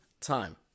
time